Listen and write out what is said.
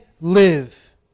live